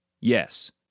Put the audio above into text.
Yes